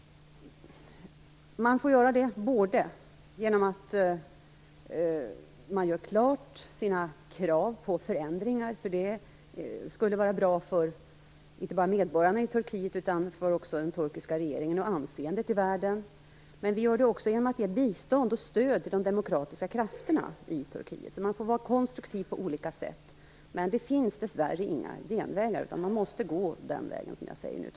Man får göra klart sina krav på förändringar. Sådana skulle vara bra, inte bara för medborgarna i Turkiet utan också för den turkiska regeringens anseende i världen. Men vi gör det också genom att ge bistånd och stöd till de demokratiska krafterna i Turkiet. Man får vara konstruktiv på olika sätt. Men det finns dessvärre inga genvägar, utan jag tror att man måste gå den väg som jag nu har nämnt.